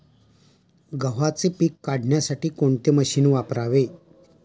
गव्हाचे पीक काढण्यासाठी कोणते मशीन वापरावे?